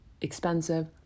expensive